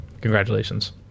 Congratulations